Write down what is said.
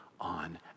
on